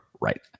right